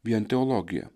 vien teologija